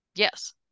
yes